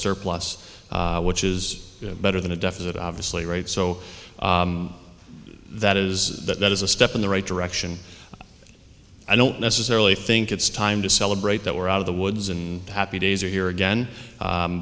surplus which is better than a deficit obviously right so that is that is a step in the right direction i don't necessarily think it's time to celebrate that we're out of the woods and happy days are here again